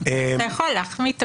אז לכן לא אחמיא במיוחד הפעם.